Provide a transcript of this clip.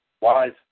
wise